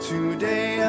Today